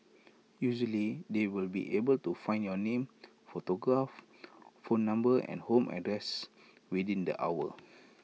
usually they will be able to find your name photograph phone number and home address within the hour